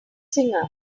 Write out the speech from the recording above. singer